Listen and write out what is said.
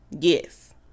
yes